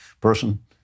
person